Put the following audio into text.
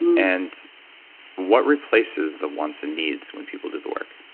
and what replaces the one's and need when people do the work?